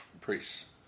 priests